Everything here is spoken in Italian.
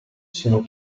sono